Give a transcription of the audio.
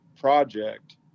project